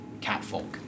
catfolk